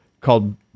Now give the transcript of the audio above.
called